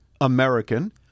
American